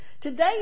Today